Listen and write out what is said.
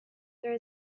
there